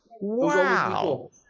Wow